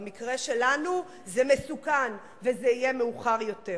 במקרה שלנו זה מסוכן וזה יהיה מאוחר יותר.